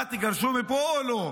תגרשו מפה או לא?